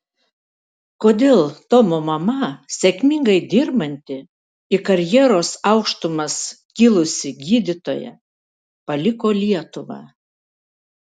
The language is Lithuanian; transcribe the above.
kodėl tomo mama sėkmingai dirbanti į karjeros aukštumas kilusi gydytoja paliko lietuvą